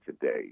today